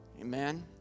Amen